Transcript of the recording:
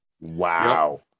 Wow